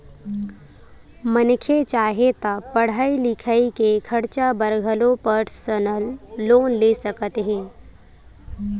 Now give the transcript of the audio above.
मनखे चाहे ता पड़हई लिखई के खरचा बर घलो परसनल लोन ले सकत हे